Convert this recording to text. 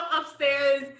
upstairs